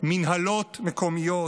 מינהלות מקומיות,